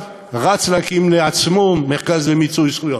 רץ להקים לעצמו מרכז למיצוי זכויות.